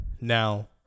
Now